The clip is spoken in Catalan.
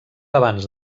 abans